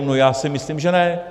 No já si myslím, že ne.